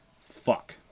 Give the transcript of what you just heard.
fuck